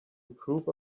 approve